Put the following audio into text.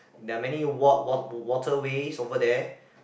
there are many walk wa~ waterways over there